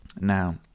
now